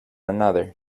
another